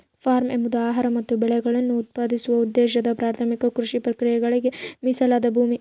form ಎಂಬುದು ಆಹಾರ ಮತ್ತು ಬೆಳೆಗಳನ್ನು ಉತ್ಪಾದಿಸುವ ಉದ್ದೇಶದ ಪ್ರಾಥಮಿಕ ಕೃಷಿ ಪ್ರಕ್ರಿಯೆಗಳಿಗೆ ಮೀಸಲಾದ ಭೂಮಿ